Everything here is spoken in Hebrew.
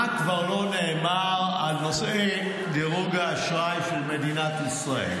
מה לא נאמר כבר על נושא דירוג האשראי של מדינת ישראל,